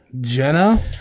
jenna